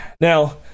Now